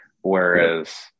Whereas